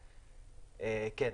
כן.